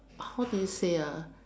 how do you say ah